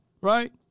right